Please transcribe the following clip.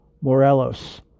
Morelos